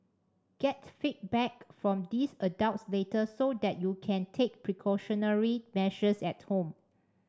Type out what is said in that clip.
get feedback from these adults later so that you can take precautionary measures at home